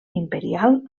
imperial